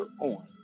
on